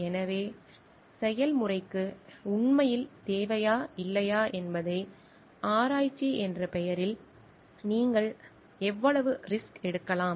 எனவே செயல்முறைக்கு உண்மையில் தேவையா இல்லையா என்பதை ஆராய்ச்சி என்ற பெயரில் நீங்கள் எவ்வளவு ரிஸ்க் எடுக்கலாம்